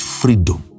freedom